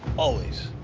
always.